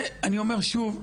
אני אומר שוב,